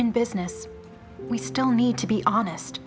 in business we still need to be honest